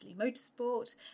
Motorsport